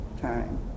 time